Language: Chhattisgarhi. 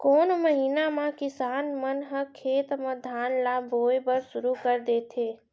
कोन महीना मा किसान मन ह खेत म धान ला बोये बर शुरू कर देथे?